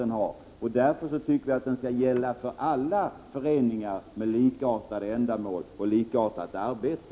Därför tycker vi att skattefriheten skall gälla för alla föreningar med likartade ändamål och likartat arbete.